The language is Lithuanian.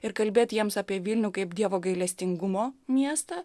ir kalbėt jiems apie vilnių kaip dievo gailestingumo miestą